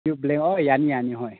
pure black ꯑꯣ ꯌꯥꯅꯤ ꯌꯥꯅꯤ ꯍꯣꯏ